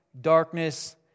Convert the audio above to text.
darkness